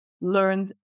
learned